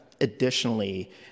additionally